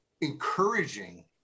encouraging